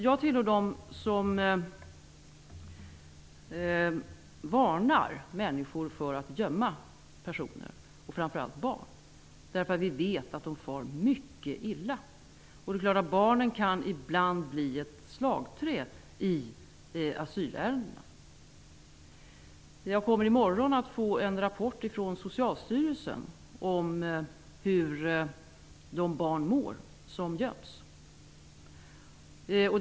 Jag tillhör dem som varnar människor för att gömma personer, framför allt barn, därför att vi vet att de far mycket illa. Det är klart att barnen ibland kan bli ett slagträ i asylärendena. Jag kommer i morgon att få en rapport från Socialstyrelsen om hur de barn som gömts mår.